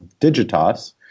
Digitas